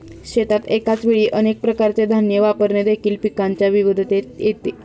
शेतात एकाच वेळी अनेक प्रकारचे धान्य वापरणे देखील पिकांच्या विविधतेत येते